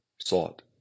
sought